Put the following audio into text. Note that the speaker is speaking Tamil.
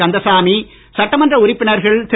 கந்தசாமி சட்டமன்ற உறுப்பினர்கள் திரு